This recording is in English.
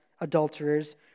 adulterers